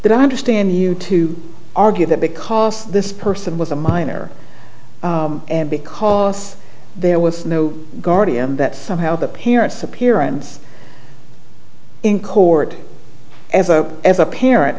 that i understand you to argue that because this person was a minor and because there was no guardian that somehow the parents appearance in court as a as a par